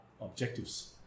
objectives